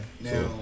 now